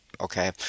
okay